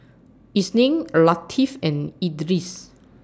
Isnin Latif and Idris